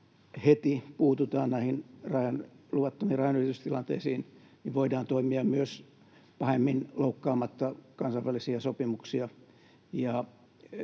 heti puututaan näihin luvattomiin rajanylitystilanteisiin, niin voidaan toimia myös pahemmin loukkaamatta kansainvälisiä sopimuksia.